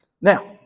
Now